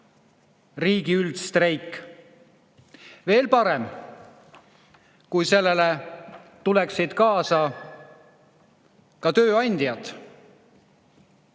riigi üldstreik. Veel parem, kui sellega tuleksid kaasa ka tööandjad,